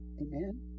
Amen